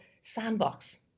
sandbox